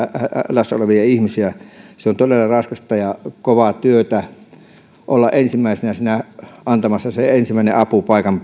hädässä olevia ihmisiä on todella raskasta ja kovaa työtä olla ensimmäisenä siinä antamassa se ensimmäinen apu paikan